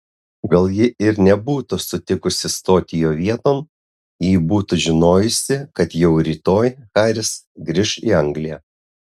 gal ji ir nebūtų sutikusi stoti jo vieton jei būtų žinojusi kad jau rytoj haris grįš į angliją